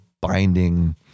binding